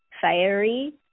fiery